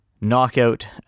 knockout